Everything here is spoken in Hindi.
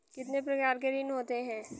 कितने प्रकार के ऋण होते हैं?